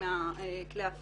מנהל האגף